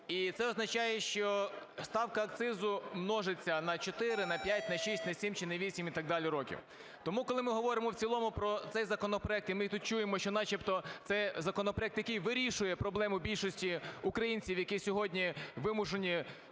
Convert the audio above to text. і це означає, що ставка акцизу множиться на 4, на 5, на 6, на 7 чи на 8 і так далі років. Тому, коли ми говоримо в цілому про цей законопроект і ми тут чуємо, що начебто це законопроект, який вирішує проблему більшості українців, які сьогодні вимушені